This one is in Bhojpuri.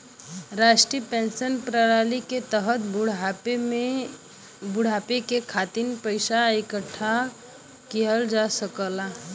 राष्ट्रीय पेंशन प्रणाली के तहत बुढ़ापे के खातिर पइसा इकठ्ठा किहल जा सकला